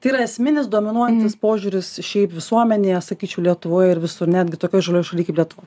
tai yra esminis dominuojantis požiūris šiaip visuomenėje sakyčiau lietuvoje ir visur netgi tokioj žalioj šaly kaip lietuva